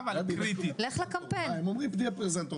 - לך תהיה פרזנטור.